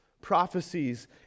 prophecies